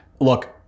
Look